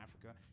Africa